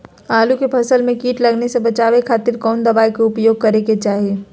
आलू के फसल में कीट लगने से बचावे खातिर कौन दवाई के उपयोग करे के चाही?